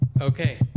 Okay